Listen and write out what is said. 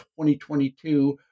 2022